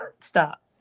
Stop